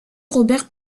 robert